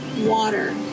water